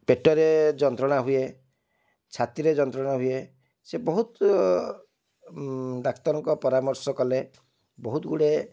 ପେଟରେ ଯନ୍ତ୍ରଣା ହୁଏ ଛାତିରେ ଯନ୍ତ୍ରଣା ହୁଏ ସେ ବହୁତ ଡାକ୍ତରଙ୍କ ପରାମର୍ଶ କଲେ ବହୁତ ଗୁଡ଼ାଏ